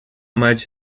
much